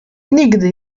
nigdy